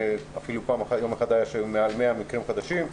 ואפילו יום אחד היו יותר מ-100 מקרים חדשים,